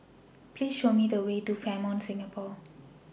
Please Show Me The Way to Fairmont Singapore